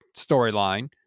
storyline